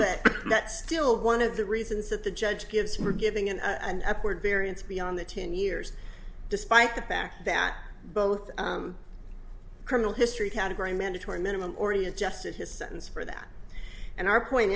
but that still one of the reasons that the judge gives for giving him an f word variance beyond the ten years despite the fact that both criminal history category mandatory minimum already adjusted his sentence for that and our point